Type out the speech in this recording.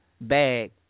bag